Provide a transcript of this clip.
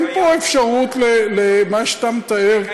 אין פה אפשרות למה שאתה מתאר,